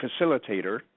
facilitator